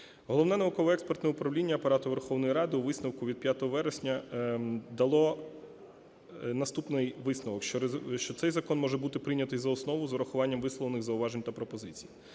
Головне науково-експертне управління Апарату Верховної Ради у висновку від 5 вересня дало наступний висновок, що цей закон може бути прийнятий за основу з врахуванням висловлених зауважень та пропозицій.